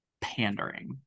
pandering